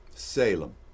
Salem